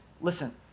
Listen